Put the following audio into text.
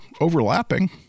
overlapping